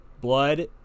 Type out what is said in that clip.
Blood